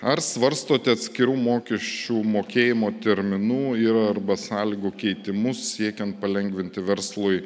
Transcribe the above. ar svarstote atskirų mokesčių mokėjimo terminų ir arba sąlygų keitimus siekiant palengvinti verslui